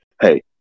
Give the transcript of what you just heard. hey